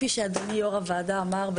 יו"ר הוועדה אמר,